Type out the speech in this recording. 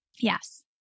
Yes